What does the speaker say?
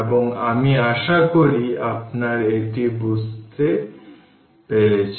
সুতরাং আমি আশা করি আপনারা এটি বুঝতে পেরেছেন